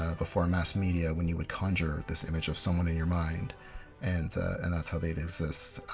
ah before mass media when you would conjure this image of someone in your mind and and that's how they'd exist.